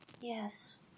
Yes